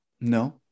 no